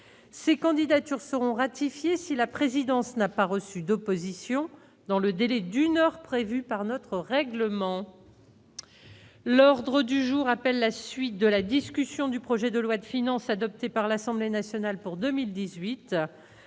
ces candidatures seront ratifiés si la présidence n'a pas reçu d'opposition dans le délai d'une heure prévue par notre règlement, l'ordre du jour appelle la suite de la discussion du projet de loi de finances adoptées par l'Assemblée nationale pour 2018